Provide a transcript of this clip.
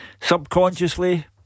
Subconsciously